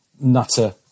nutter